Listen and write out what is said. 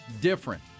different